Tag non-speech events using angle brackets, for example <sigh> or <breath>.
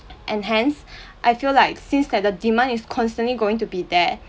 and hence I feel <breath> like since that the demand is constantly going to be there